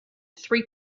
three